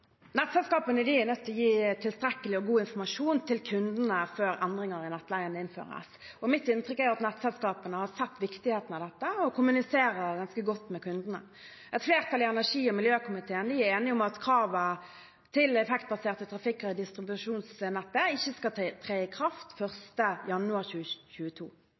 Nettselskapene er nødt til å gi tilstrekkelig og god informasjon til kundene før endringer i nettleien innføres. Mitt inntrykk er at nettselskapene har sett viktigheten av dette og kommuniserer ganske godt med kundene. Et flertall i energi- og miljøkomiteen er enige om at kravene til effektbaserte tariffer i distribusjonsnettet ikke skal tre i kraft 1. januar